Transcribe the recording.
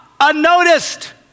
unnoticed